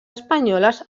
espanyoles